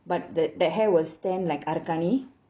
but the the hair will stand like அருக்காணி:arukaani